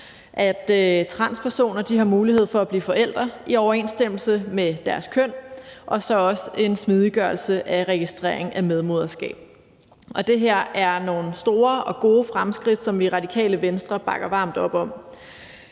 at transpersoner har mulighed for at blive forældre i overensstemmelse med deres køn, og så medfører det også en smidiggørelse af registrering af medmoderskab. Det her er nogle store og gode fremskridt, som vi i Radikale Venstre bakker varmt op om.